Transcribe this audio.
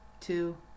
two